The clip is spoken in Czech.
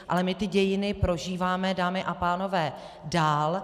Ale my ty dějiny prožíváme, dámy a pánové, dál.